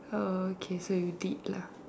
okay so you did lah